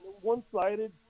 one-sided